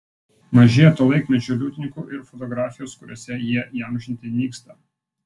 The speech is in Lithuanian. mažėja to laikmečio liudininkų ir fotografijos kuriuose jie įamžinti nyksta